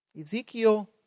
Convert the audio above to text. Ezekiel